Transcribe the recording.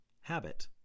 habit